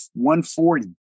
140